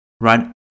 right